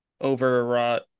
overwrought